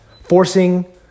forcing